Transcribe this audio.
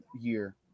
year